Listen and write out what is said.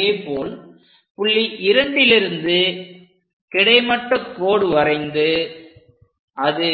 அதேபோல் புள்ளி 2லிருந்து கிடைமட்ட கோடு வரைந்து அது